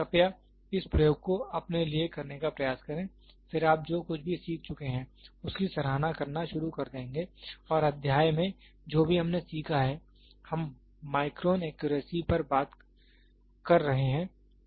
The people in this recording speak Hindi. कृपया इस प्रयोग को अपने लिए करने का प्रयास करें फिर आप जो कुछ भी सीख चुके हैं उसकी सराहना करना शुरू कर देंगे और अध्याय में जो भी हमने सीखा है हम माइक्रोन एक्यूरेसी पर बात कर रहे हैं